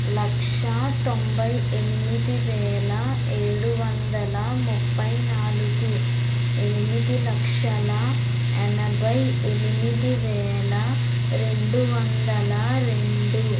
లక్ష తొంభైఎనిమిదివేల ఏడువందల ముప్పైనాలుగు ఎనిమిది లక్షల ఎనభైఎనిమిదివేల రెండువందల రెండు